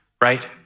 Right